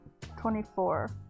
24